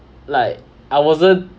like I wasn't